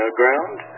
ground